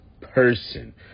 person